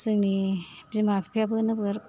जोंनि बिमा बिफायाबो नोगोर